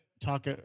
talk